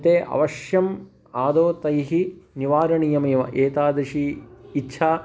ते अवश्यम् आदौ तैः निवारणीयमेव एतादृशी इच्छा